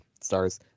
stars